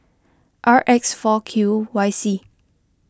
R X four Q Y C